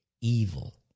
evil